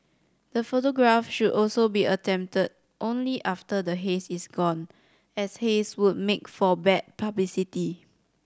the photograph should also be attempted only after the haze is gone as haze would make for bad publicity